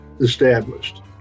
established